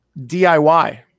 DIY